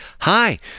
Hi